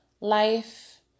life